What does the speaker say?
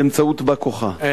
באמצעות בא כוחה.